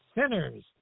sinners